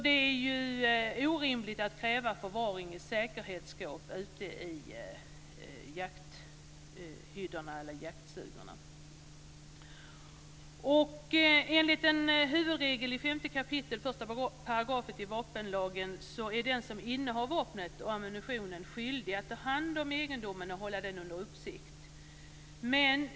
Det är orimligt att kräva förvaring i säkerhetsskåp ute i jaktstugorna. Enligt huvudregeln i 5 kap. 1 § vapenlagen är den som innehar vapnet och ammunitionen skyldig att ta hand om egendomen och hålla den under uppsikt.